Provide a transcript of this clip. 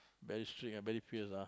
very strict and very fierce ah